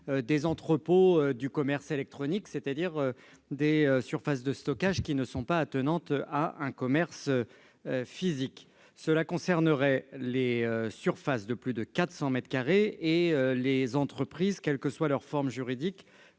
des entrepôts du commerce électronique, c'est-à-dire des surfaces de stockage non attenantes à un commerce physique. Cette mesure concernerait les surfaces de plus de 400 mètres carrés et les entreprises, quelle que soit leur forme juridique,